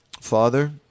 Father